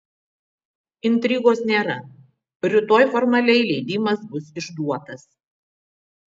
intrigos nėra rytoj formaliai leidimas bus išduotas